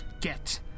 Get